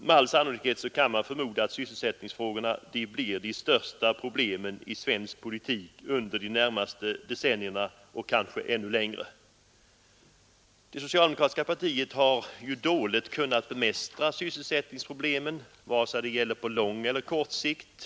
Med all sannolikhet blir sysselsättningsfrågorna de största problemen i svensk politik under de närmaste decennierna och kanske ännu längre. Det socialdemokratiska partiet har dåligt kunnat bemästra sysselsättningsproblemen vare sig det gäller på lång eller kort sikt.